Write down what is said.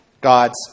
God's